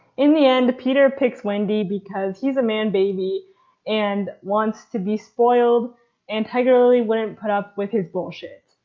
in the end peter picks wendy because he's a man baby and wants to be spoiled and tiger lily wouldn't put up with his bullsh t,